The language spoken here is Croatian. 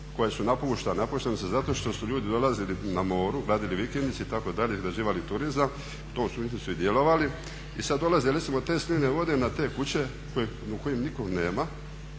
koje su napuštene a napuštene su zato što su ljudi dolazili na more, radili vikendice itd., izgrađivali turizam i u tom smislu su i djelovali i sad dolaze recimo te slivne vode na te kuće u kojima nikog nema,